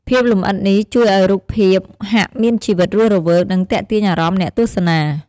ភាពលម្អិតនេះជួយឱ្យរូបភាពហាកមានជីវិតរស់រវើក និងទាក់ទាញអារម្មណ៍អ្នកទស្សនា ។